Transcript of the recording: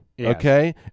okay